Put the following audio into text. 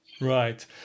Right